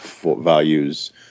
values